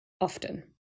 Often